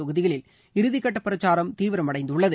தொகுதிகளில் இறுதிக்கட்ட பிரச்சாரம் தீவிரமடைந்துள்ளது